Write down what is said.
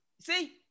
See